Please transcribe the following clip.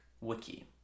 wiki